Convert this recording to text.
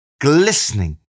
glistening